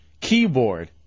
Keyboard